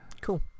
Cool